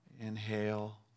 Inhale